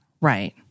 Right